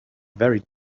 very